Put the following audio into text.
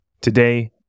Today